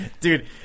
dude